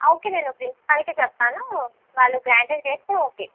okay నేను ప్రిన్సిపాల్కి చెప్తాను వాళ్ళు గ్రాంటెడ్ చేస్తే ఓకే